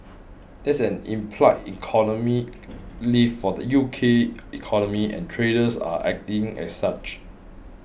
that's an implied economic lift for the U K economy and traders are acting as such